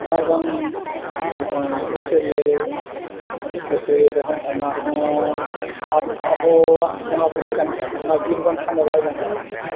ᱟᱨ ᱵᱟᱝ ᱱᱚᱜᱼᱚᱭ ᱟᱹᱥᱟᱹᱲᱤᱭᱟᱹ ᱨᱮ ᱟᱹᱥᱟᱹᱲᱤᱭᱟᱹ ᱨᱮᱦᱚᱸ ᱚᱱᱟ ᱦᱚᱸ ᱟᱵᱚ ᱟᱵᱚᱣᱟᱜ ᱵᱚᱱ ᱵᱚᱸᱜᱟ ᱵᱩᱨᱩ ᱠᱟᱱ ᱜᱮᱭᱟ ᱚᱱᱟ ᱡᱩᱴ ᱵᱟᱝᱠᱷᱟᱱ ᱫᱚ ᱵᱟᱭ ᱜᱟᱱᱚᱜᱼᱟ